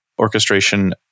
orchestration